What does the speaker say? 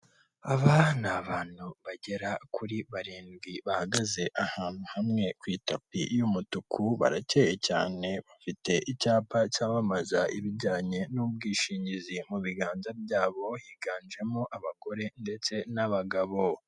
Aba ni abantu bagera kuri barindwi bahagaze ahantu hamwe ku itapi y'umutuku barakeye cyane, bafite icyapa cyamamaza ibijyanye n'ubwishingizi mu biganza byabo higanjemo abagore ndetse n'abagabo.